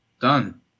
done